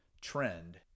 trend